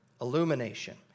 Illumination